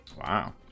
wow